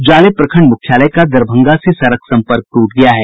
जाले प्रखंड मुख्यालय का दरभंगा से सड़क संपर्क ट्रट गया है